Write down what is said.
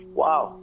wow